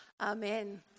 Amen